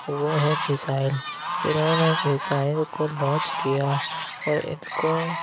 وہ ہے میزائل اِ نہوں نے میزائل کو لانچ کیا اور اِن کو